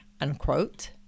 unquote